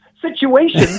situation